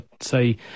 say